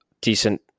decent